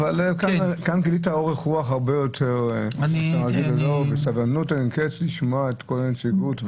כאן גילית אורך רוח רבה ביותר וסבלנות אין-קץ לשמוע את כל הנציגים.